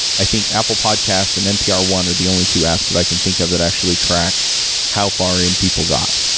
i think apple podcast and n p r one are the only two apps that i can think of that actually track how far in people got,